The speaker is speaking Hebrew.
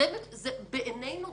בעינינו,